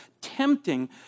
Tempting